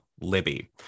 Libby